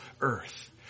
earth